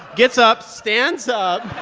gets up. stands up